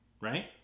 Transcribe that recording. right